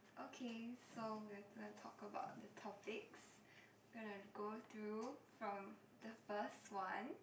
okay so we are gonna talk about the topics we're gonna go through from the first one